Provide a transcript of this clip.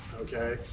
Okay